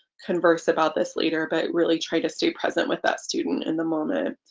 converse about this later but really try to stay present with that student in the moment.